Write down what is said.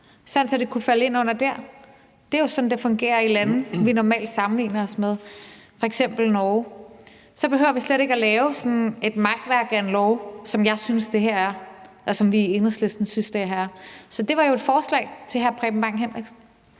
sådan at det kunne falde ind under den? Det er jo sådan, det fungerer i lande, vi normalt sammenligner os med, f.eks. Norge. Så behøver vi slet ikke at lave sådan et makværk af en lov, som vi i Enhedslisten synes det her er. Så det var jo et forslag til hr. Preben Bang Henriksen.